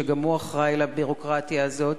שגם הוא אחראי לביורוקרטיה הזאת,